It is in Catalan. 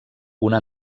una